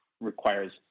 requires